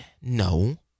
No